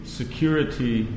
security